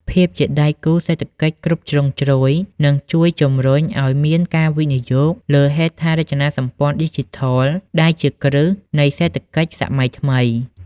ភាពជាដៃគូសេដ្ឋកិច្ចគ្រប់ជ្រុងជ្រោយ នឹងជួយជំរុញឱ្យមានការវិនិយោគលើហេដ្ឋារចនាសម្ព័ន្ធឌីជីថល ដែលជាគ្រឹះនៃសេដ្ឋកិច្ចសម័យថ្មី។